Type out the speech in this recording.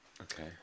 Okay